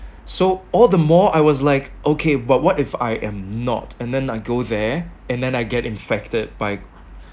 so all the more I was like okay but what if I am not and then I go there and then I get infected by